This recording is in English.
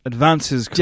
Advances